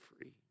free